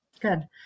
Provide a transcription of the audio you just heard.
good